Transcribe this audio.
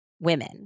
women